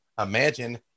imagine